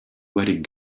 wedding